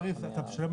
כי יש לך תו.